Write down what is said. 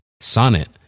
Sonnet